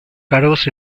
cargos